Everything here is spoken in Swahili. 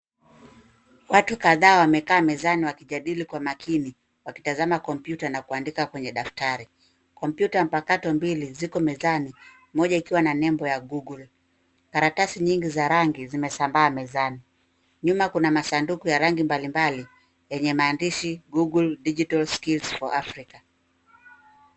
Watu kadhaa wamekaa mezani wakijadili kwa makini wakitazama kompyuta na kuandika kwenye daftari. Kompyuta mpakato mbili ziko mezani moja ikiwa na nembo Google karatasi nyingi za rangi zimesambaa mezani nyuma kuna masanduku ya rangi mbalimbali yenye maandishi google digital skills for Africa.